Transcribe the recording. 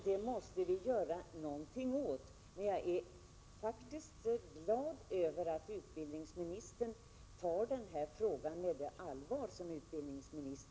Då måste vi göra någonting. Jag är därför glad över att utbildningsministern verkligen tar denna fråga på allvar.